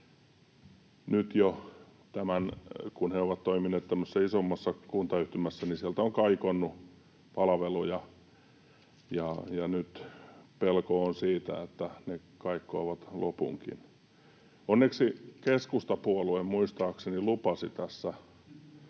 Nyt jo, kun he ovat toimineet tämmöisessä isommassa kuntayhtymässä, sieltä on kaikonnut palveluja, ja nyt on pelko siitä, että ne loputkin kaikkoavat. Onneksi keskustapuolue muistaakseni lupasi tässä,